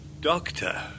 Doctor